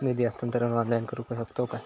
निधी हस्तांतरण ऑनलाइन करू शकतव काय?